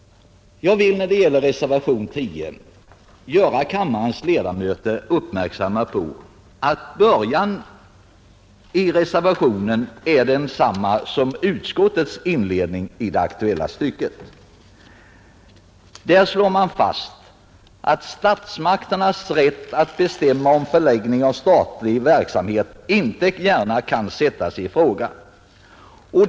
Jag vill göra kammarens ledamöter uppmärksamma på att början av reservationen 10 är densamma som utskottets inledning i det aktuella stycket. Där slås fast att ”statsmakternas rätt att bestämma om förläggningen av statlig verksamhet inte gärna kan sättas i fråga”.